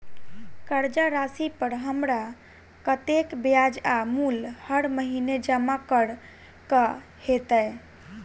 कर्जा राशि पर हमरा कत्तेक ब्याज आ मूल हर महीने जमा करऽ कऽ हेतै?